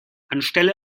anstelle